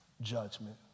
judgment